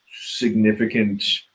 significant